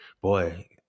boy